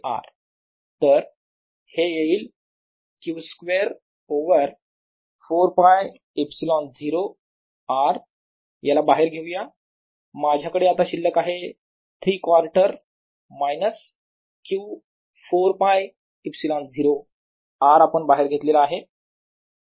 तर हे येईल Q स्क्वेअर ओवर 4 π ε0 R याला बाहेर घेऊया माझ्याकडे आता शिल्लक आहे 3 कॉर्टर मायनस Q 4 π ε0 R आपण बाहेर घेतला आहे